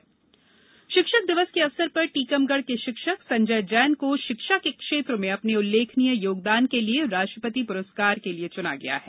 टीकमगढ शिक्षक शिक्षक दिवस के अवसर पर टीकमगढ़ के शिक्षक संजय जैन को शिक्षा के क्षेत्र में अपने उल्लेखनीय योगदान के लिए राष्ट्रपति पुरुस्कार के लिये चुना गया है